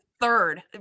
third